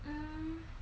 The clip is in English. um